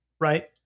right